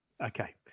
Okay